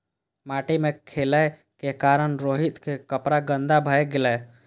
माटि मे खेलै के कारण रोहित के कपड़ा गंदा भए गेलै